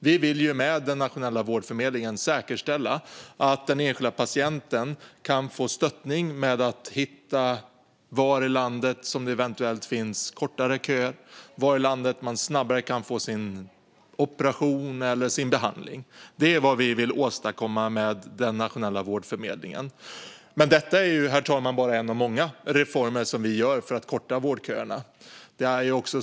Vi vill med den nationella vårdförmedlingen säkerställa att den enskilda patienten kan få stöttning med att hitta var i landet det eventuellt är kortare köer där man snabbare kan få sin operation eller behandling. Det är vad vi vill åstadkomma med den nationella vårdförmedlingen. Men detta är bara en av de reformer som vi gör för att korta vårdköerna, herr talman.